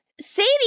Sadie